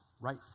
right